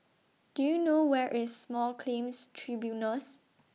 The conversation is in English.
Do YOU know Where IS Small Claims Tribunals